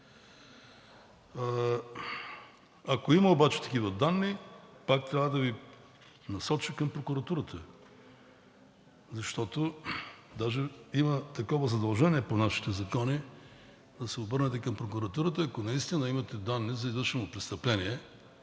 Ако има обаче такива данни, пак трябва да Ви насоча към прокуратурата, защото по нашите закони даже има такова задължение – да се обърнете към прокуратурата, ако наистина имате данни за извършено престъпление.